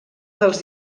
dels